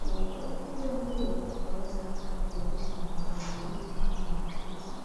na una uvimbe unaoweza sababisha magonjwa mengine kama ya cancer